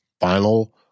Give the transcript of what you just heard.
final